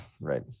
right